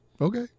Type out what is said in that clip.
Okay